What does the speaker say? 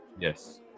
Yes